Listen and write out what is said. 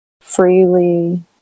Freely